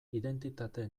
identitate